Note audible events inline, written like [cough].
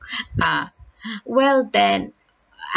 [breath] ah [breath] well then I